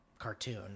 cartoon